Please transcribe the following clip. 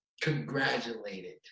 congratulated